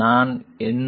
நான் என்ன